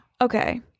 Okay